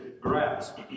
grasp